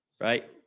right